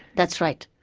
that's right.